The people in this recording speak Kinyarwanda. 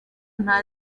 nta